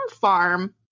farm